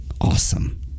Awesome